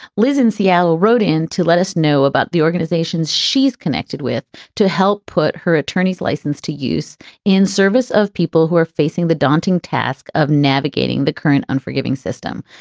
lizanne ciello ah ah wrote in to let us know about the organizations she's connected with to help put her attorneys license to use in service of people who are facing the daunting task of navigating the current unforgiving system.